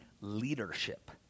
leadership